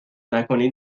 نکنی